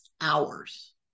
hours